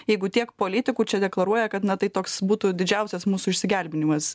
jeigu tiek politikų čia deklaruoja kad na tai toks būtų na didžiausias mūsų išsigelbėjimas